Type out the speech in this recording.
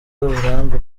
uburambe